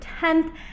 10th